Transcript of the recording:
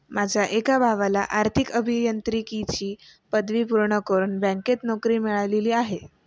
माझ्या एका भावाला आर्थिक अभियांत्रिकीची पदवी पूर्ण करून बँकेत नोकरी मिळाली आहे